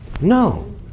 No